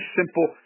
simple